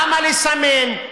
למה לסנן?